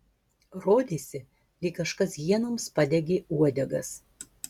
rodėsi lyg kažkas hienoms padegė uodegas